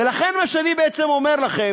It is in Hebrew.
ולכן מה שאני אומר לכם,